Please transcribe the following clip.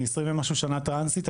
אני יותר מ-20 שנה טרנסית,